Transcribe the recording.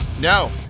No